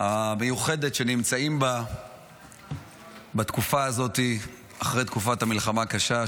המיוחדת שאנחנו נמצאים בה בתקופה הזאת אחרי תקופת המלחמה הקשה,